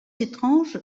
étrange